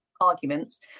arguments